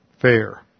fair